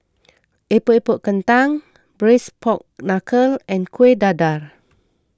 Epok Epok Kentang Braised Pork Knuckle and Kueh Dadar